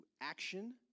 action